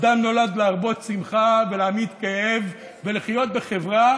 אדם נולד להרבות שמחה, להמעיט כאב ולחיות בחברה